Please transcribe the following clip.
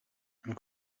and